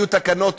יהיו תקנות,